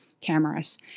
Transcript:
cameras